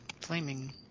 Flaming